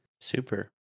Super